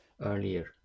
earlier